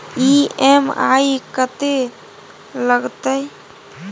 EMI कत्ते लगतै?